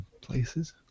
places